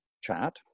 chat